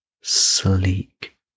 sleek